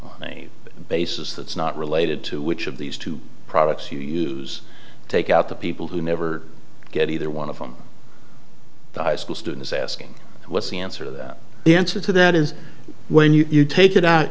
e basis that's not related to which of these two products you use take out the people who never get either one of them high school students asking what's the answer that the answer to that is when you take it out